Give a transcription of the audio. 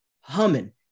humming